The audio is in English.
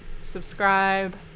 subscribe